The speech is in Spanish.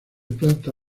planta